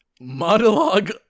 monologue